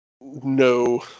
no